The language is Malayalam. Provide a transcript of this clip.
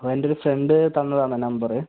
അത് എൻ്റെ ഒരു ഫ്രണ്ട് തന്നതാണ് നമ്പറ്